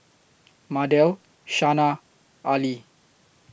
Mardell Shana Arley